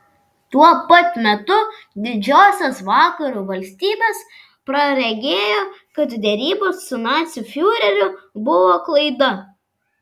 tuo pat metu didžiosios vakarų valstybės praregėjo kad derybos su nacių fiureriu buvo klaida